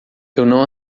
não